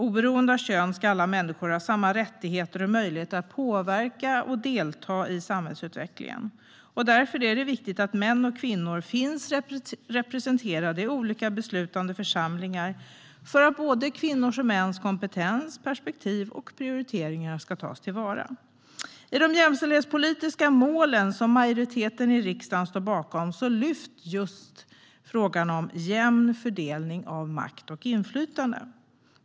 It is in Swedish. Oberoende av kön ska alla människor ha samma rättigheter och möjligheter att påverka och delta i samhällsutvecklingen. Därför är det viktigt att män och kvinnor finns representerade i olika beslutande församlingar för att både kvinnors och mäns kompetens, perspektiv och prioriteringar ska tas till vara. I de jämställdhetspolitiska målen som majoriteten i riksdagen står bakom lyfts just frågan om jämn fördelning av makt och inflytande fram.